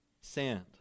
sand